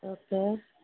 okay